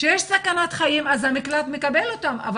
כשיש סכנת חיים אז המקלט מקבל אותן אבל